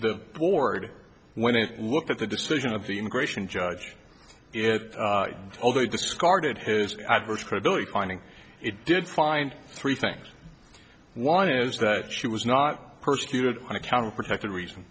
the board when it looked at the decision of the immigration judge it all they discarded his adverse credibility finding it did find three things one is that she was not persecuted on account of protected reason